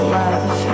love